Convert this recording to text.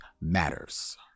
matters